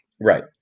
right